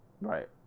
Right